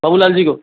बाबू लाल जी को